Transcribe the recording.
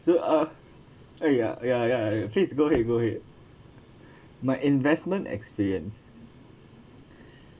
so ah ya ya ya please go ahead go ahead my investment experience